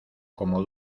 como